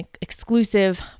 exclusive